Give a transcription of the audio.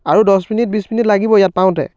আৰু দহ মিনিট বিছ মিনিট লাগিব ইয়াত পাওঁতে